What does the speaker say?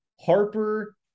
harper